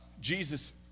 Jesus